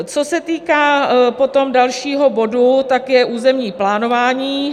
Co se týká potom dalšího bodu, tak je územní plánování.